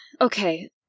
Okay